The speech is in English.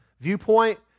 viewpoint